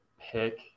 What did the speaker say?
pick